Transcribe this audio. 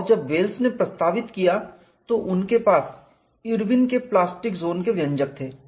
और जब वेल्स ने प्रस्तावित किया तो उनके पास इरविन के प्लास्टिक जोन के व्यंजक थे